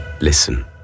listen